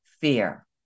fear